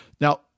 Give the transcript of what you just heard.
Now